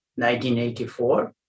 1984